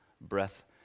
breath